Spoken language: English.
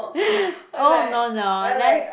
oh no no that